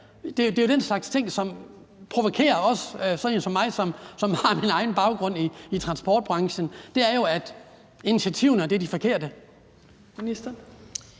Det er jo den slags ting, som provokerer os, f.eks. sådan en som mig, som har en baggrund i transportbranchen, altså at initiativerne er de forkerte. Kl.